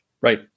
right